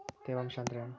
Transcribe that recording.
ತೇವಾಂಶ ಅಂದ್ರೇನು?